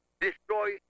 destroy